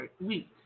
week